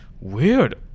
weird